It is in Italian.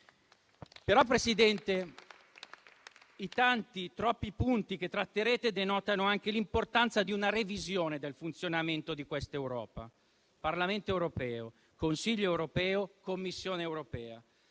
Presidente, i tanti, troppi punti che tratterete denotano, però, anche l'importanza di una revisione del funzionamento di questa Europa: Parlamento europeo, Consiglio europeo, Commissione europea;